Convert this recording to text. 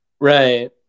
Right